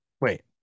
Wait